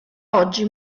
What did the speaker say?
oggi